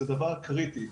זה דבר קריטי.